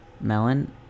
Melon